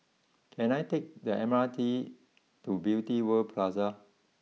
can I take the M R T to Beauty World Plaza